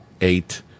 eight